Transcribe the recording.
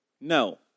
No